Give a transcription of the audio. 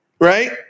Right